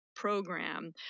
Program